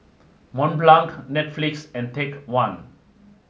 Mont Blanc Netflix and Take One